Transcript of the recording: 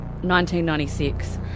1996